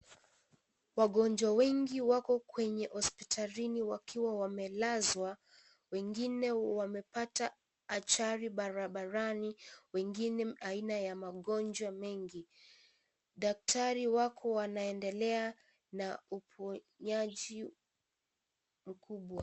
Wagonjwa wengi wako kwenye hospitalini wakiwa wamelazwa wengine wamepata ajali barabarani wengine aina yamagonjwa wengi. Daktari wako wanaendelea na uponaji mkubwa.